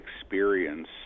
experience